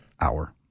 hour